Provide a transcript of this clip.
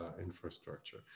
infrastructure